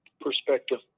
perspective